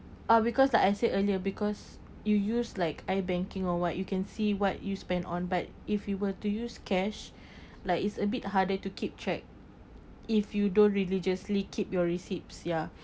uh because like I said earlier because you use like I-banking or what you can see what you spend on but if you were to use cash like it's a bit harder to keep track if you don't regularly just keep your receipts ya